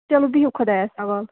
چلو بِہِو خدایَس حَوال